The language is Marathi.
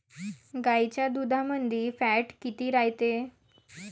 गाईच्या दुधामंदी फॅट किती रायते?